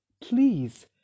please